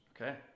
Okay